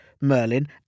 Merlin